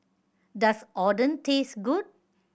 does Oden taste good